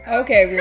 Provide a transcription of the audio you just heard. okay